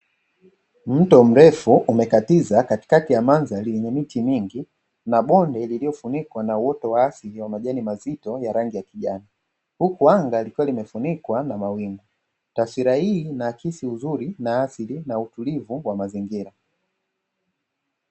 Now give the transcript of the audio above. Mto mrefu umekatiza katikati ya mandhari yenye miti mingi na bonde lililofunikwa na uoto wa asili na majani mazito ya rangi ya kijani, huku anga likiwa limefunikwa na mawingu. Taswira hii inaakisi uzuri na asili na utulivu wa mazingira.